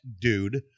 dude